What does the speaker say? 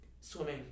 Swimming